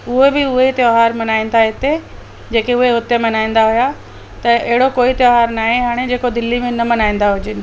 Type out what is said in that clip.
उहे बि उहो ई त्योहार मल्हानि था हिते जेके उहे हिते मल्हाईंदा हुआ त अहिड़ो कोई त्योहार नाहे हाणे जेको दिल्ली में न मल्हाईंदा हुजनि